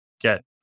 get